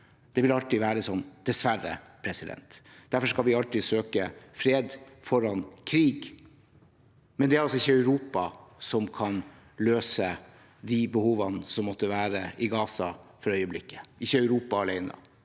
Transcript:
Det vil alltid være sånn, dessverre. Derfor skal vi alltid søke fred foran krig. Men det er ikke Europa som kan løse de behovene som måtte være i Gaza for øyeblikket, ikke Europa alene.